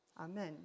Amen